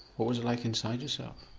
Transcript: what was it like inside yourself?